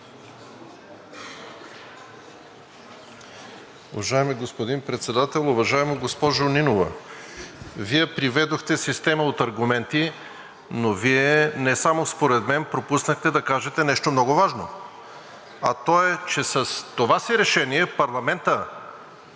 Уважаеми господин Председател! Уважаема госпожо Нинова, Вие приведохте система от аргументи, но Вие не само според мен пропуснахте да кажете нещо много важно, а то е, че с това си решение парламентът